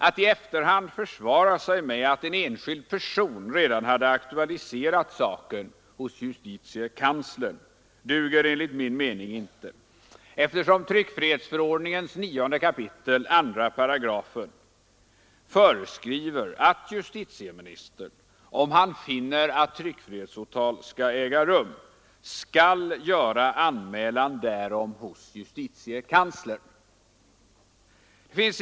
Att i efterhand försvara sig med att en enskild person redan hade aktualiserat saken hos justitiekanslern duger enligt min mening inte, eftersom tryckfrihetsförordningens 9 kap. 2§ föreskriver att justitieministern, om han finner att tryckfrihetsåtal bör äga rum, skall göra anmälan därom hos justitiekanslern.